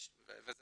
וזה